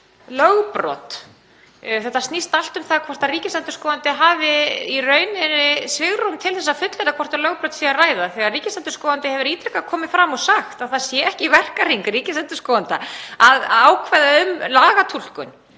lögbrot. Þetta snýst allt um það hvort ríkisendurskoðandi hafi í rauninni svigrúm til að fullyrða hvort um lögbrot sé að ræða þegar ríkisendurskoðandi hefur ítrekað komið fram og sagt að það sé ekki í verkahring hans að ákveða túlkun